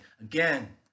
again